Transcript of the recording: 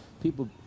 people